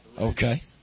Okay